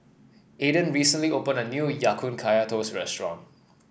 Adan recently opened a new Ya Kun Kaya Toast restaurant